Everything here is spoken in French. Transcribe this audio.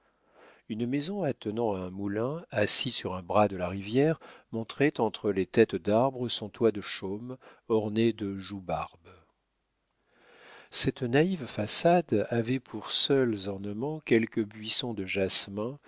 une maison attenant à un moulin assis sur un bras de la rivière montrait entre les têtes d'arbres son toit de chaume orné de joubarbe cette naïve façade avait pour seuls ornements quelques buissons de jasmin